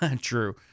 True